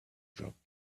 dropped